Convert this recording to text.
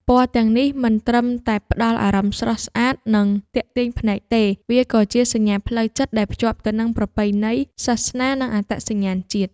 ពណ៌ទាំងនេះមិនត្រឹមតែផ្តល់អារម្មណ៍ស្រស់ស្អាត និងទាក់ទាញភ្នែកទេ វាក៏ជាសញ្ញាផ្លូវចិត្ត ដែលភ្ជាប់ទៅនឹងប្រពៃណី សាសនា និងអត្តសញ្ញាណជាតិ។